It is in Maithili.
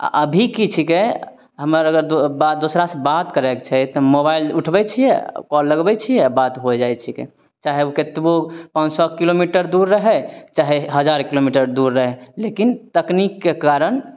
आ अभी की छिकै हमर अगर दो बात दोसरासऽ बात करैक छै तऽ मोबाइल उठबै छियै कॉल लगबै छियै आ बात होइ जाइ छिकै चाहे केतबो पाॅंच सए किलोमीटर दूर रहै चाहे हजार किलोमीटर दूर रहै लेकिन तकनीकके कारण